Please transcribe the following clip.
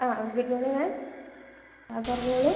ആ ഗുഡ് മോണിങ് മാം ആ പറഞ്ഞുകൊള്ളൂ